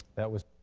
that was